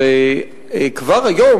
כבר היום,